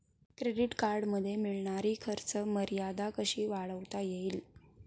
Credit कार्डमध्ये मिळणारी खर्च मर्यादा कशी वाढवता येईल?